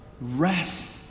rest